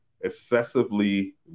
excessively